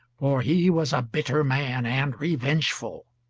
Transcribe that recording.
for he was a bitter man, and revengeful.